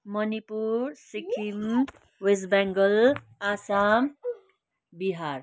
Manipur Sikkim West Bengal Assam Bihar